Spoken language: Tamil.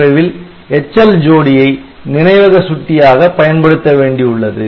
8085 ல் HL ஜோடியை நினைவக சுட்டியாக பயன்படுத்த வேண்டியுள்ளது